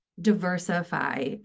diversify